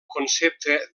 concepte